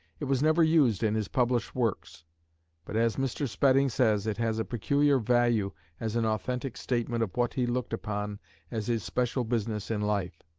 it was never used in his published works but, as mr. spedding says, it has a peculiar value as an authentic statement of what he looked upon as his special business in life.